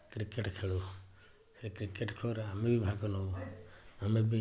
cricket ଖେଳୁ ସେ cricket ଖେଳରେ ଆମେ ବି ଭାଗ ନଉ ଆମେ ବି